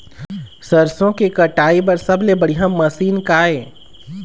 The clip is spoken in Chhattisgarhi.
सरसों के कटाई बर सबले बढ़िया मशीन का ये?